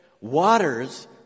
waters